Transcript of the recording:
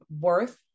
worth